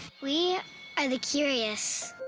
we are the curious.